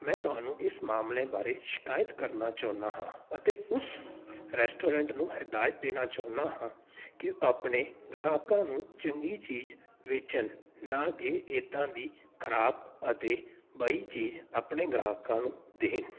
ਮੈਂ ਤੁਹਾਨੂੰ ਇਸ ਮਾਮਲੇ ਬਾਰੇ ਸ਼ਿਕਾਇਤ ਕਰਨਾ ਚਾਹੁੰਦਾ ਹਾਂ ਅਤੇ ਉਸ ਰੈਸਟੋਰੈਂਟ ਨੂੰ ਹਿਦਾਇਤ ਦੇਣਾ ਚਾਹੁੰਦਾ ਹਾਂ ਕਿ ਆਪਣੇ ਗ੍ਰਾਹਕਾਂ ਨੂੰ ਚੰਗੀ ਚੀਜ਼ ਵੇਚਣ ਨਾ ਕਿ ਇੱਦਾਂ ਦੀ ਖਰਾਬ ਅਤੇ ਬਹੀ ਚੀਜ਼ ਆਪਣੇ ਗ੍ਰਾਹਕਾਂ ਨੂੰ ਦੇਣ